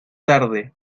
tarde